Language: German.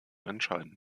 entscheiden